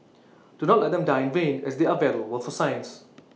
do not let them die in vain as they are valuable for science